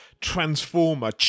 transformer